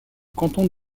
canton